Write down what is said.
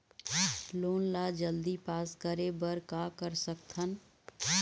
Loan ला जल्दी pass करे बर का कर सकथन?